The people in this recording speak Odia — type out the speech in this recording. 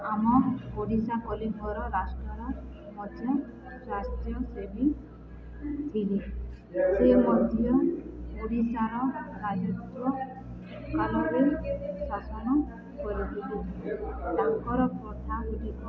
ଆମ ଓଡ଼ିଶା ପଲିବର ରାଷ୍ଟ୍ରର ମଧ୍ୟ ସ୍ୱାସ୍ଥ୍ୟସେଵୀ ଥିଲି ସେ ମଧ୍ୟ ଓଡ଼ିଶାର ରାଜତ୍ୱକାଳରେ ଶାସନ କରିଥିଲେ ତାଙ୍କର ପ୍ରଥା ଗୁଡ଼ିକ